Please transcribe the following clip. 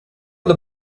the